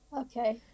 Okay